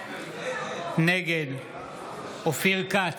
נגד אופיר כץ,